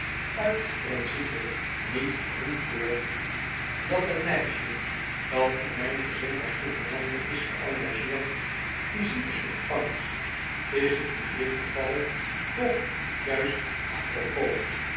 uit principe niet goedkeur dat een meisje dat in mijn gezin als gouvernante is geengageerd visites ontvangt is het in dit geval toch juist a propos